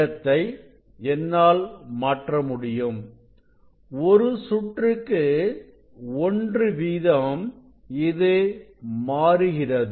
இடத்தை என்னால் மாற்ற முடியும் ஒரு சுற்றுக்கு 1 வீதம் இது மாறுகிறது